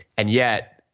and yet,